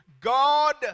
God